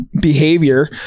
behavior